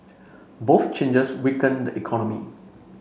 both changes weaken the economy